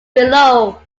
below